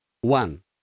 One